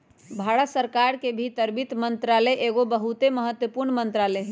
भारत सरकार के भीतर वित्त मंत्रालय एगो बहुते महत्वपूर्ण मंत्रालय हइ